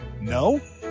No